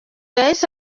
yahise